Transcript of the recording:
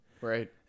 Right